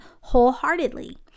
wholeheartedly